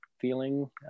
feeling